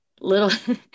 little